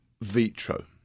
vitro